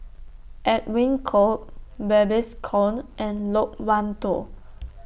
Edwin Koek Babes Conde and Loke Wan Tho